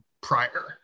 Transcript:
prior